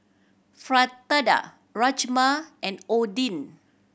Fritada Rajma and Oden